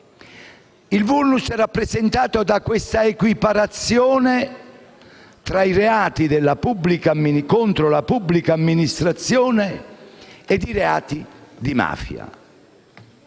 Il *vulnus* è rappresentato dall'equiparazione dei reati contro la pubblica amministrazione ai reati di mafia.